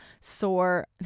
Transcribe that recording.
sore